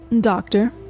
Doctor